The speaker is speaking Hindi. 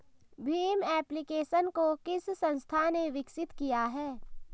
भीम एप्लिकेशन को किस संस्था ने विकसित किया है?